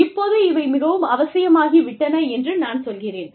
இப்போது இவை மிகவும் அவசியமாகிவிட்டன என்று நான் சொல்கிறேன்